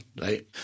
right